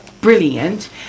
brilliant